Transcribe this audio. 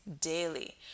daily